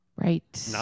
right